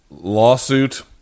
lawsuit